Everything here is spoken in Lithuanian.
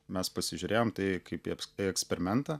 mes pasižiūrėjom tai kaip į eks į eksperimentą